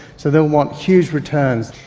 so they'll want huge returns.